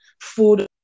food